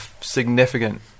significant